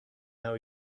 how